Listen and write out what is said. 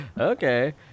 Okay